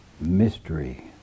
Mystery